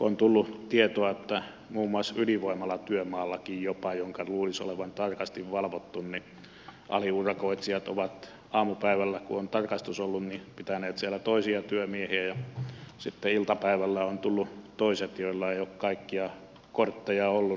on tullut tietoa että muun muassa ydinvoimalatyömaallakin jopa jonka luulisi olevan tarkasti valvottu aliurakoitsijat ovat aamupäivällä kun on tarkastus ollut pitäneet siellä toisia työmiehiä ja sitten iltapäivällä ovat tulleet tilalle toiset joilla ei ole kaikkia kortteja ollut